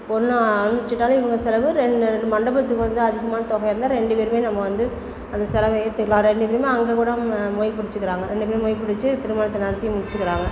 பொண்ணை அனுப்பிச்சிட்டாலே இவங்க செலவு ரெண்டு மண்டபத்துக்கு வந்து அதிகமான தொகையாக இருந்தால் ரெண்டு பேருமே நம்ம வந்து அந்த செலவை ஏற்றுக்கலாம் ரெண்டு பேருமே அங்கே கூடும் மொய் பிடிச்சிக்கிறாங்க ரெண்டு பேருமே மொய் பிடிச்சி திருமணத்தை நடத்தி முடிச்சுக்கிறாங்க